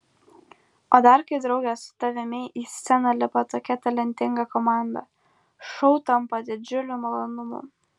o dar kai drauge su tavimi į sceną lipa tokia talentinga komanda šou tampa didžiuliu malonumu